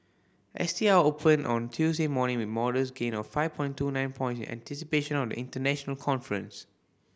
S T I opened on Tuesday morning with modest gain of five point two nine points in anticipation of the international conference